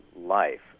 life